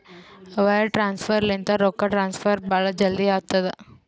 wire transfer ಲಿಂತ ರೊಕ್ಕಾ transfer ಭಾಳ್ ಜಲ್ದಿ ಆತ್ತುದ